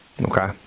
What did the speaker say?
Okay